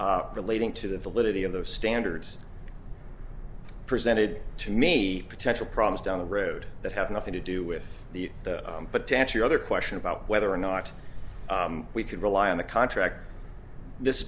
court relating to the validity of those standards presented to me potential problems down the road that have nothing to do with the but to answer other question about whether or not we could rely on the contract this